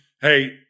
Hey